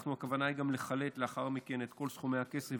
הכוונה היא גם לחלט לאחר מכן את כל סכומי הכסף,